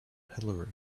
hillary